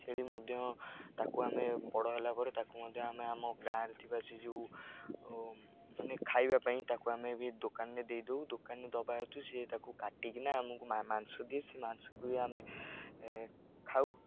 ଛେଳି ମଧ୍ୟ ତାକୁ ଆମେ ବଡ଼ ହେଲା ପରେ ତାକୁ ମଧ୍ୟ ଆମେ ଆମ ଗାଁରେ ଥିବା ସେ ଯେଉଁ ଖାଇବା ପାଇଁ ତାକୁ ଆମେ ବି ଦୋକାନରେ ଦେଇଦେଉ ଦୋକାନରେ ଦେବା ହେତୁ ସେ ତାକୁ କାଟିକିନା ଆମକୁ ମାଂସ ଦିଏ ସେ ମାଂସକୁ ବି ଆମେ ଖାଉ